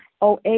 OA